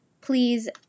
Please